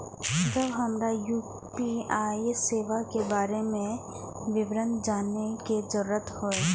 जब हमरा यू.पी.आई सेवा के बारे में विवरण जानय के जरुरत होय?